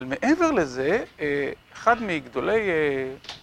מעבר לזה, אחד מגדוליי...